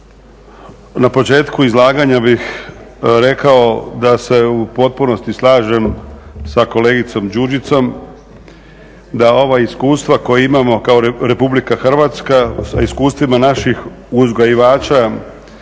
Na početku izlaganja bih rekao da se u potpunosti slažem sa kolegicom Đurđicom da ova iskustva koja imamo kao Republika Hrvatska sa iskustvima naših uzgajivača